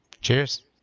Cheers